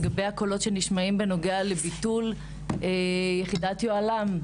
לגבי הקולות שנשמעים בנוגע לביטול יחידת יוהל"ם?